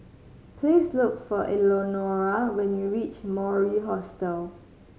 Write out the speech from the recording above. please look for Elenora when you reach Mori Hostel